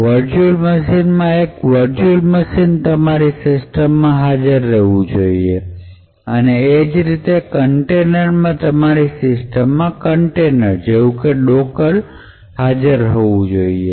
virtual મશીનમાં એક virtual machine તમારી સિસ્ટમ માં હાજર રહેવું જોઈએ એ જ રીતે કન્ટેનરમાં તમારી સિસ્ટમ માં કન્ટેનર જેવું કે ડોકર હાજર રહેવું જોઈએ